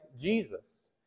Jesus